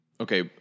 okay